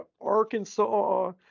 Arkansas